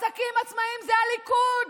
עסקים עצמאיים זה הליכוד.